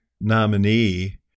nominee